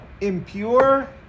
impure